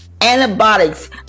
antibiotics